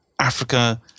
Africa